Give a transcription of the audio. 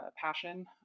passion